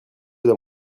dans